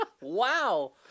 Wow